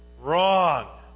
Wrong